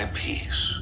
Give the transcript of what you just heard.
peace